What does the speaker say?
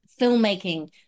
filmmaking